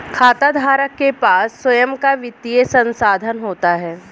खाताधारक के पास स्वंय का वित्तीय संसाधन होता है